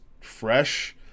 fresh